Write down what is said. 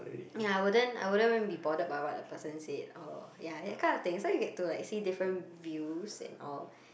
ya I wouldn't I wouldn't even be bothered by what the person said or ya that kind of thing so you get to like see different views and all